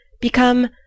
become